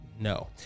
No